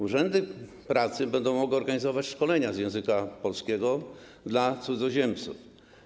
Urzędy pracy będą mogły organizować szkolenia z języka polskiego dla cudzoziemców.